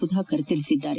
ಸುಧಾಕರ್ ತಿಳಿಸಿದ್ದಾರೆ